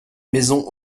maisons